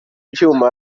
ibyuma